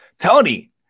Tony